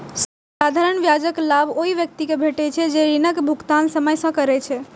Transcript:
साधारण ब्याजक लाभ ओइ व्यक्ति कें भेटै छै, जे ऋणक भुगतान समय सं करै छै